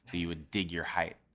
you would dig your height.